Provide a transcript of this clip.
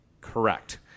Correct